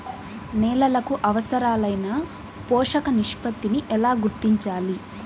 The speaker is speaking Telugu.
నేలలకు అవసరాలైన పోషక నిష్పత్తిని ఎలా గుర్తించాలి?